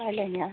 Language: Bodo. रायलायनाया